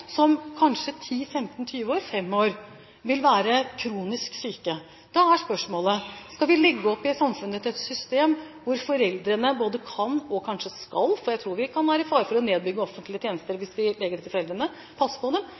15, 20 år. Da er spørsmålet: Skal vi legge opp samfunnet etter et system hvor foreldrene både kan og kanskje skal – for jeg tror vi kan være i fare for å nedbygge offentlige tjenester hvis vi legger det til foreldrene – passe